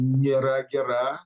nėra gera